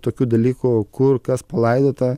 tokių dalykų kur kas palaidota